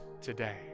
today